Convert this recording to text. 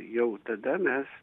jau tada mes